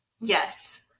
Yes